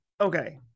okay